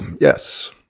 yes